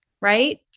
right